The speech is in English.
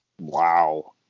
wow